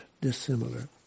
dissimilar